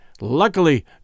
Luckily